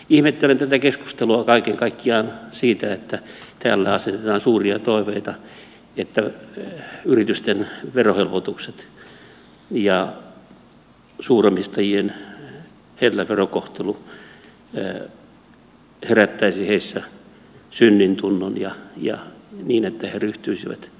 ihmettelen tätä keskustelua kaiken kaikkiaan siitä että täällä asetetaan suuria toiveita että yritysten verohelpotukset ja suuromistajien hellä verokohtelu herättäisivät heissä synnintunnon ja niin että he ryhtyisivät työllistämään